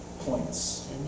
points